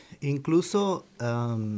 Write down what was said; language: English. incluso